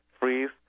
freeze